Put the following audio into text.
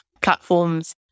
platforms